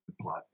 plot